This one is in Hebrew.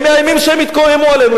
הם מאיימים שהם יתקוממו עלינו.